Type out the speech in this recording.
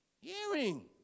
Hearing